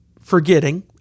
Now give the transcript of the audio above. forgetting